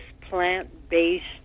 plant-based